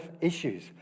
issues